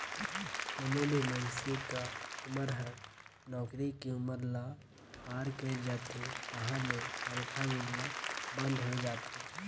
कोनो भी मइनसे क उमर हर नउकरी के उमर ल पार कइर जाथे तहां ले तनखा मिलना बंद होय जाथे